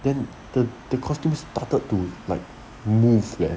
then the the costume started to like move 了